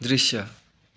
दृश्य